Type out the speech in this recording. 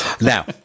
Now